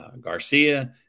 Garcia